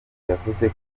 yavuze